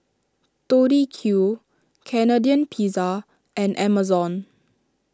Tori Q Canadian Pizza and Amazon